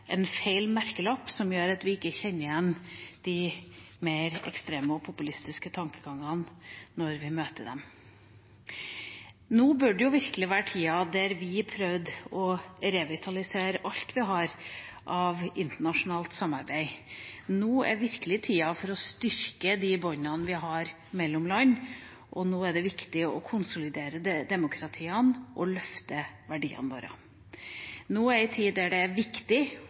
en feil merkelapp som gjør at vi ikke kjenner igjen de mer ekstreme populistiske tankegangene når vi møter dem. Nå bør det virkelig være tida der vi prøver å revitalisere alt vi har av internasjonalt samarbeid. Nå er virkelig tida for å styrke de båndene vi har mellom land. Nå er det viktig å konsolidere demokratiene og løfte verdiene våre. Nå er en tid da det er viktig